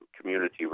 community